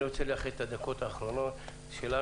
אני רוצה לייחד את הדקות האחרונות שלנו.